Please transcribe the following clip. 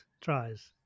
tries